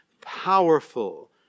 powerful